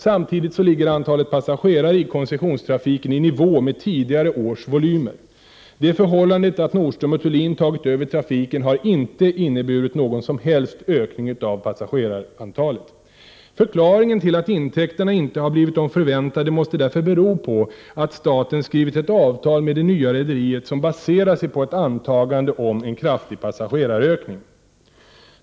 Samtidigt ligger antalet passagerare i koncessionstrafiken i nivå med tidigare års volymer. Det förhållandet att Nordström & Thulin tagit över trafiken har inte inneburit någon som helst ökning av passagerarantalet. Förklaringen till att intäkterna inte har blivit de förväntade måste därför bero på att staten skrivit ett avtal med det nya rederiet som baserar sig på ett antagande om en kraftig passagerarökning.